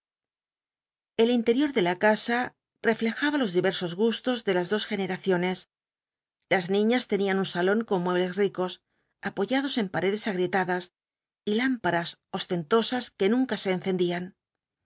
el interior de la casa reflejaba los diversos gustos de as dos generaciones las niñas tenían un salón con muebles ricos apoyados en paredes agrietadas y lámparas ostentosas que nunca se encendían el